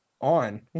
on